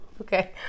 Okay